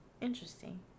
Interesting